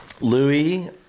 louis